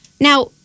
Now